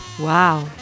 Wow